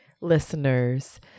listeners